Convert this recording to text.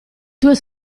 tue